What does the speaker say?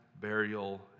burial